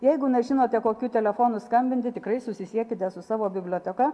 jeigu nežinote kokiu telefonu skambinti tikrai susisiekite su savo biblioteka